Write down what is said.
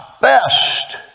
best